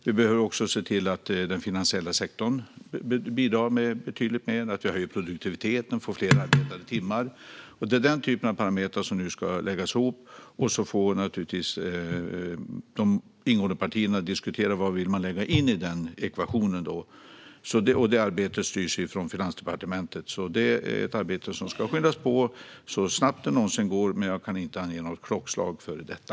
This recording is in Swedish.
Vi behöver också se till att den finansiella sektorn bidrar med betydligt mer samt att vi höjer produktiviteten och får fler arbetade timmar. Det är denna typ av parametrar som nu ska läggas ihop. Sedan får naturligtvis de ingående partierna diskutera vad de vill lägga in i ekvationen. Detta arbete styrs från Finansdepartementet. Det är ett arbete som ska skyndas på så snabbt det någonsin går, men jag kan inte ange något klockslag för detta.